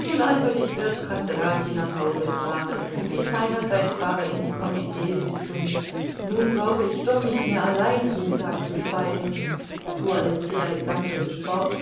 nun also dich wird kondrati nach hause fahren und ich meinerseits fahre in die komiteesitzung nun brauche ich doch nicht mehr allein zu mittag zu speisen fuhr alexei alexandrowitsch fort